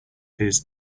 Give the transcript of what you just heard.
his